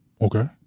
Okay